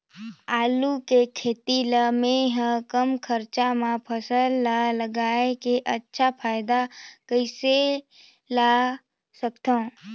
आलू के खेती ला मै ह कम खरचा मा फसल ला लगई के अच्छा फायदा कइसे ला सकथव?